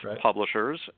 publishers